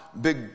big